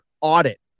audit